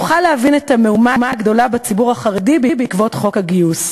"נוכל להבין את המהומה הגדולה בציבור החרדי בעקבות חוק הגיוס.